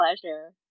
pleasure